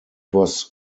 was